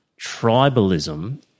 tribalism